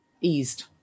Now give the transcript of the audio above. eased